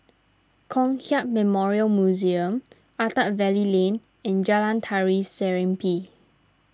Kong Hiap Memorial Museum Attap Valley Lane and Jalan Tari Serimpi